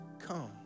come